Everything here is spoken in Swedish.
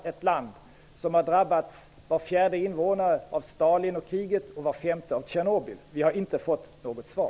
Det är ett land där var fjärde invånare har drabbats av Stalin och kriget och var femte av Tjernobyl. Vi har inte fått något svar.